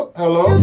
hello